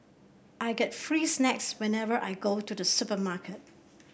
I get free snacks whenever I go to the supermarket